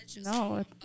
No